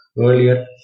earlier